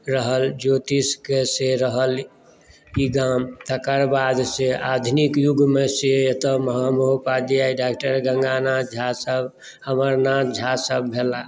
रहल ज्योतिषके से रहल ई गाम तकर बाद से आधुनिक युगमे एतय महामहोपाध्याय डाक्टर गङ्गा नाथ झा सभ अमरनाथ झा सभ भेलाह